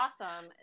awesome